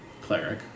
cleric